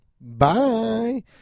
bye